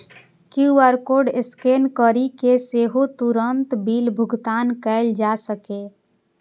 QR code scan करि कें सेहो तुरंत बिल भुगतान कैल जा सकैए